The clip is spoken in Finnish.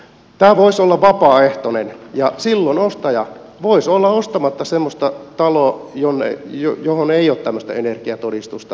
tämä voisi olla vapaaehtoinen ja silloin ostaja voisi olla ostamatta semmoista taloa johon ei ole tämmöistä energiatodistusta